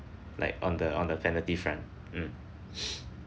like on the on the penalty front mm